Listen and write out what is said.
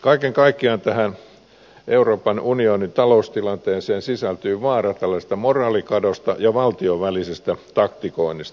kaiken kaikkiaan tähän euroopan unionin taloustilanteeseen sisältyy vaara tällaisesta moraalikadosta ja valtioiden välisestä taktikoinnista